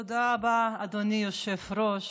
תודה רבה, אדוני היושב-ראש.